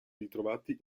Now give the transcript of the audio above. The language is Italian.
ritrovati